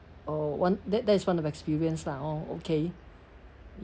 oh one that that is one of experience lah oh okay